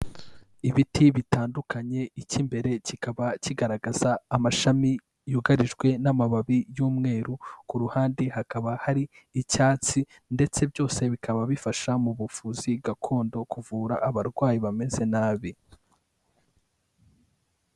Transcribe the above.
Ibiti bitandukanye ik'imbere kikaba kigaragaza amashami yugarijwe n'amababi y'umweru, ku ruhande hakaba hari icyatsi ndetse byose bikaba bifasha mu buvuzi gakondo, kuvura abarwayi bameze nabi.